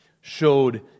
showed